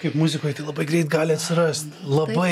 kaip muzikoj tai labai greit gali atsirast labai